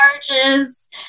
Charges